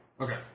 Okay